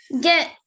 get